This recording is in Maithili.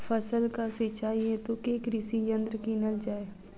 फसलक सिंचाई हेतु केँ कृषि यंत्र कीनल जाए?